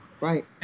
Right